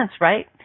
right